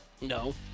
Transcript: No